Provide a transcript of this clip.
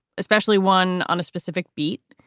especially one on a specific beat,